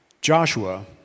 Joshua